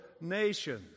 nations